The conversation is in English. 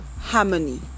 harmony